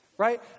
Right